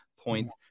point